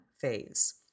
phase